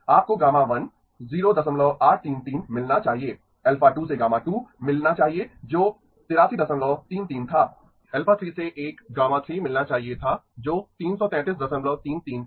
आपको γ1 0833 मिलना चाहिए α2 से γ2 मिलना चाहिए जो 8333 था α3 से एक γ3 मिलना चाहिए था जो 33333 था